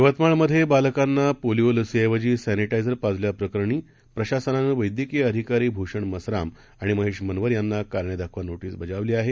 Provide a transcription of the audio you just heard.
यवतमाळमधेबालकांनापोलिओलसीऐवजीसॅनिटायझरपाजल्याप्रकरणीप्रशासनानंवैद्यकीयअधिकारीभूषणमसरामआणिमहेशमनवरयां नाकारणेदाखवानोटीसबजावलीआहे